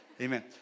amen